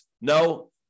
No